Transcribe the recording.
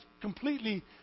completely